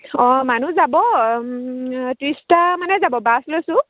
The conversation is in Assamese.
অঁ মানুহ যাব ত্ৰিছটামানে যাব বাছ লৈছোঁ